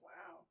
Wow